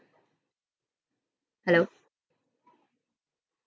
hello